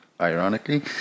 ironically